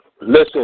Listen